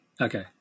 okay